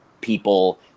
people